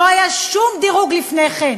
לא היה שום דירוג לפני כן.